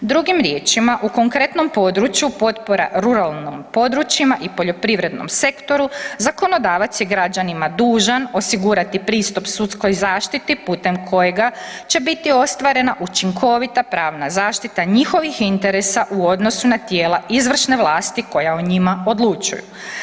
Drugim riječima, u konkretnom području potpora ruralnim područjima i poljoprivrednom sektoru, zakonodavac je građanima dužan osigurati pristup sudskoj zaštiti putem kojega će biti ostvarena učinkovita pravna zaštita njihovih interesa u odnosu na tijela izvršne vlasti koja o njima odlučuju.